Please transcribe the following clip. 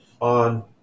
On